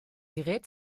gerät